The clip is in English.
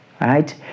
right